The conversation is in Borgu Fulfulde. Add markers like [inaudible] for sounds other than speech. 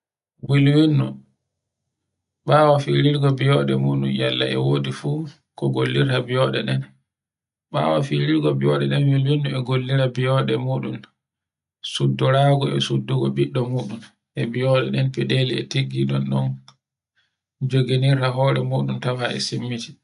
Wilwilno, ɓawo firirgo biyoɗe muɗum nyalla e wodi fu ko gollirta biyoɗe ɗen. Ɓawo firirgo biyoɗe ɗen wilwilno e gollira biyoɗe muɗum. Soddorago e suddugo ɓiɗɗo muɗum e biyoɗe ɗen feɗele e tiggi ɗon ɗon joginirta hore muɗum tanha e simmuji. [noise]